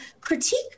critique